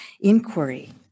inquiry